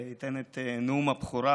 וייתן את נאום הבכורה?